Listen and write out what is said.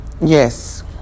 Yes